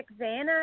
Xana